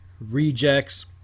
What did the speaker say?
Rejects